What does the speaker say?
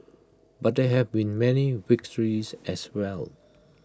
but there have been many victories as well